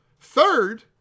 Third